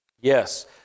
Yes